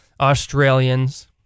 Australians